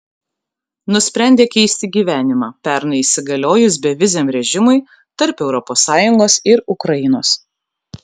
nusprendė keisti gyvenimą pernai įsigaliojus beviziam režimui tarp europos sąjungos ir ukrainos